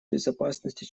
безопасности